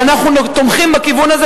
ואנחנו תומכים בכיוון הזה,